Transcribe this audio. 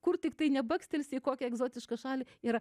kur tiktai nebakstelsi į kokią egzotišką šalį yra